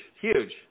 huge